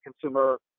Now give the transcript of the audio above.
consumer